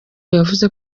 yavuze